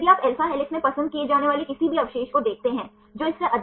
यदि हाइड्रोजन बंधन i और i 3 के बीच में है तो इसे कहा जाता है